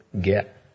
get